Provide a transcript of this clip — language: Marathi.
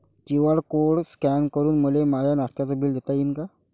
क्यू.आर कोड स्कॅन करून मले माय नास्त्याच बिल देता येईन का?